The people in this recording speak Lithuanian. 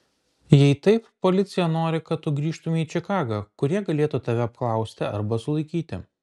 jei taip policija nori kad tu grįžtumei į čikagą kur jie galėtų tave apklausti arba sulaikyti